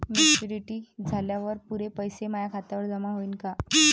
Maturity झाल्यावर पुरे पैसे माया खात्यावर जमा होईन का?